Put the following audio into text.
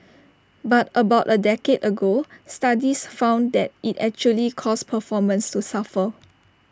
but about A decade ago studies found that IT actually caused performances to suffer